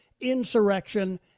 insurrection